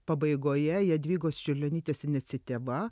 pabaigoje jadvygos čiurlionytės iniciatyva